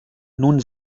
nun